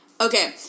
Okay